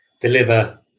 deliver